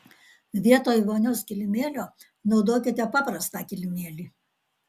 vietoj vonios kilimėlio naudokite paprastą kilimėlį